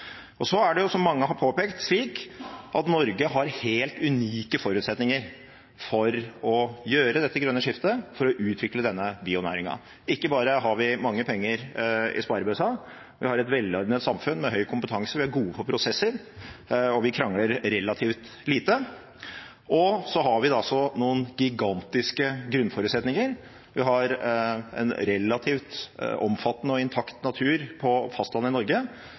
Så er det slik, som mange har påpekt, at Norge har helt unike forutsetninger for å gjøre dette grønne skiftet, for å utvikle denne bionæringen. Ikke bare har vi mange penger på sparebøssa, men vi har et velordnet samfunn med høy kompetanse. Vi er gode på prosesser, og vi krangler relativt lite. Og så har vi noen gigantiske grunnforutsetninger. Vi har en relativt omfattende og intakt natur på fastlandet i Norge,